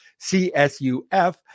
CSUF